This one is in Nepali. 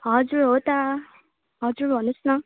हजुर हो त हजुर भन्नुहोस् न